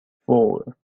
four